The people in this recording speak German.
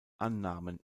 annahmen